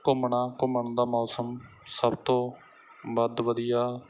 ਘੁੰਮਣਾ ਘੁੰਮਣ ਦਾ ਮੌਸਮ ਸਭ ਤੋਂ ਵੱਧ ਵਧੀਆ